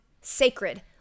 sacred